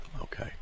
Okay